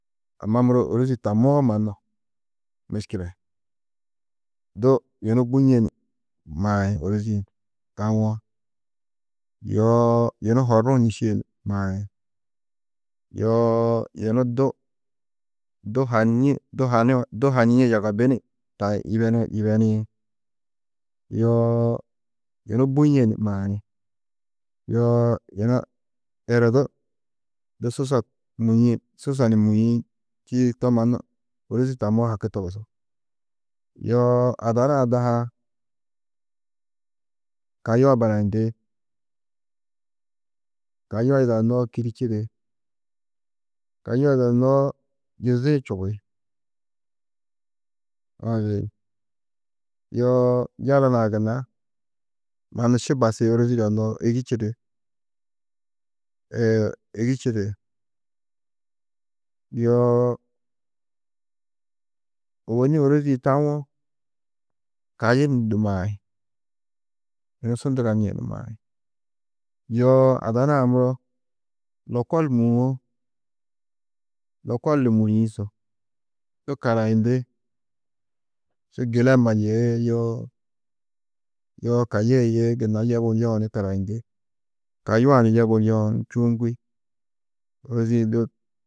Amma muro ôrozi tamoó mannu miškile, du yunu buîe ni maĩ ôrozi-ĩ, dawo yoo yunu horruũ nîšie ni maĩ, yoo yunu du du hanîe du hanuũ du hanîe yagabi ni taĩ, yebenuũ yibeniĩ, yoo yunu buîe ni maĩ, yoo yunu eredu du susa mûie, susa ni mûĩ, čîidi to mannu ôrozi tammoó haki togusú. Yoo ada nuã daha-ã kayuã barayindi, kayuã yidadunnoó kîri čidi, kayuã yidadunnoó yizi-ĩ čubi, mazu njîn, yoo yala nuã gunna mannu ši basi ôrozi yidadunnoó, êgi čidi, êgi čidi, yoo ôwonni ôrozi-ĩ tawo kayi ni du maĩ, yunu su nduganîe ni maĩ, yoo ada nuã muro lokol mûwo, lokol ni mûĩ su, du karayindi, du gilama yêe yoo kayê yêe gunna yebuũ yeũ ni karayindi, kayuã ni yebuũ ni čûuŋgi, du.